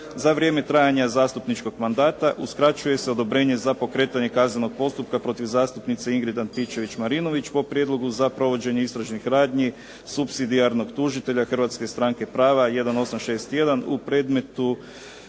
"Za vrijeme trajanja zastupničkog mandata, uskraćuje se odobrenje za pokretanje kaznenog postupka protiv zastupnice Ingrid Antičević-Marinović po prijedlogu za provođenje istražnih radnji supsidijarnog tužitelja Hrvatske stranke prava 1861 u predmetu